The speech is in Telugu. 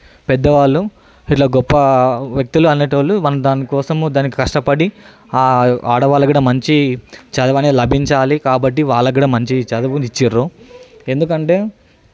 పెద్దవాళ్లు ఇట్లా గొప్ప వ్యక్తులు అనేటి వాళ్లు మన దానికోసం దానికి కష్టపడి ఆడ వాళ్ళు కూడా మంచి చదవనే లభించాలి కాబట్టి వాళ్ళకు కూడా మంచి చదువు ఇచ్చిండ్రు ఎందుకంటే